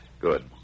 Good